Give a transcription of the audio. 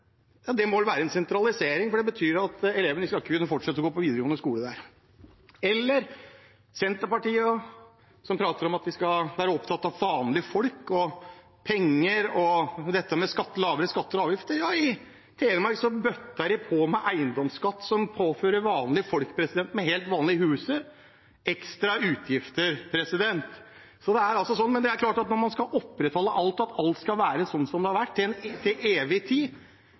Det må vel være en sentralisering, for det betyr at elevene ikke skal kunne fortsette å gå på videregående skole der. Til Senterpartiet, som prater om at vi skal være opptatt av vanlige folk, penger og lavere skatter og avgifter: Ja, i Telemark så bøtter de på med eiendomsskatt, som påfører vanlige folk med helt vanlige hus ekstra utgifter. Sånn er det. Men det er klart at når man skal opprettholde alt og alt skal være sånn som det har vært, til evig tid, så kan det hende at det blir sånn. Men over til